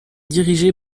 dirigée